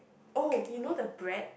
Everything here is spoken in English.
oh you know the bread